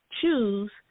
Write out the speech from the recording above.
choose